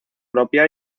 propia